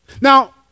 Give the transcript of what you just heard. Now